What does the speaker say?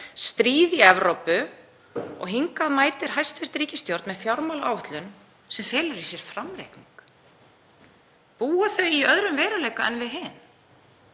stríð í Evrópu og hingað mætir hæstv. ríkisstjórn með fjármálaáætlun sem felur í sér framreikning. Búa þau í öðrum veruleika en við hin?